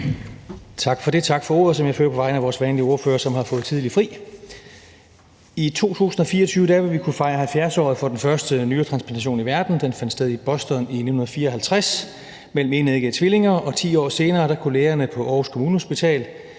Vinther (RV): Tak for ordet, som jeg fører på vegne af vores vanlige ordfører, som har fået tidlig fri. I 2024 vil vi kunne fejre 70-året for den første nyretransplantation i verden. Den fandt sted i Boston i 1954 mellem enæggede tvillinger, og 10 år senere kunne lægerne på Aarhus Kommunehospital